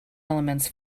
elements